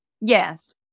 Yes